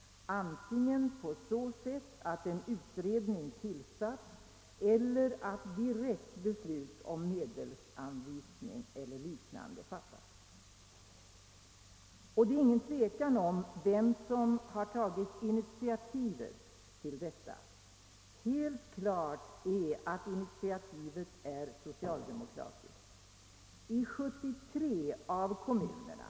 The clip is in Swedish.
Antingen har en utredning tillsatts eller också har direkta beslut om medelsanvisning eller liknande fattats. Det är inget tvivel om vem som tagit initiativet. Helt klart är att initia tivet är socialdemokratiskt i 73 av kommunerna.